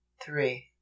three